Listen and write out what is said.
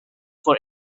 for